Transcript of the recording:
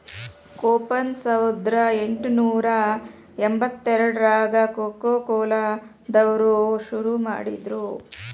coupon ಸಾವರ್ದಾ ಎಂಟ್ನೂರಾ ಎಂಬತ್ತೆಂಟ್ರಾಗ ಕೊಕೊಕೊಲಾ ದವ್ರು ಶುರು ಮಾಡಿದ್ರು